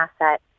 asset